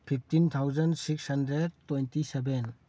fifteen thousand six hundred twenty seven